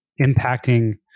impacting